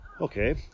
Okay